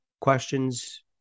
questions